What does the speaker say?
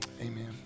Amen